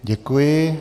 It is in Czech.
Děkuji.